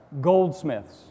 goldsmiths